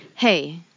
Hey